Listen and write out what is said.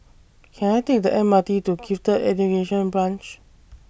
Can I Take The M R T to Gifted Education Branch